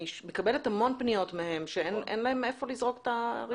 מקבלת המון פניות מהם שאין להם איפה לזרוק את האריזות.